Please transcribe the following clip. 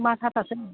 তোমাৰ তাত আছে নেকি